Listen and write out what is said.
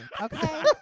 okay